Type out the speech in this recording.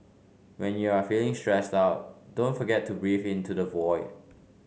when you are feeling stressed out don't forget to breathe into the void